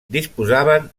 disposaven